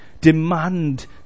demand